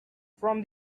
from